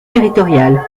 territoriales